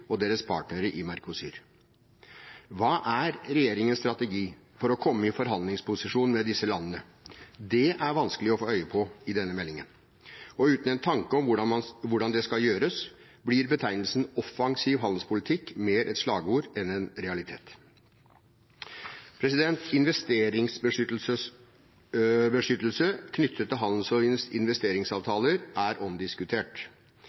og deres partnere i Mercosur. Hva er regjeringens strategi for å komme i forhandlingsposisjon med disse landene? Det er vanskelig å få øye på i denne meldingen. Og uten en tanke om hvordan det skal gjøres, blir betegnelsen «offensiv handelspolitikk» mer et slagord enn en realitet. Investeringsbeskyttelse knyttet til handels- og investeringsavtaler er omdiskutert.